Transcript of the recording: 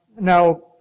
now